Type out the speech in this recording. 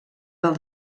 del